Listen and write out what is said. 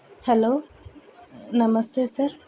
hello నమస్తే sir